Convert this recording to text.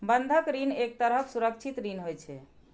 बंधक ऋण एक तरहक सुरक्षित ऋण होइ छै